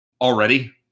already